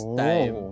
time